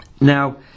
Now